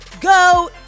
Go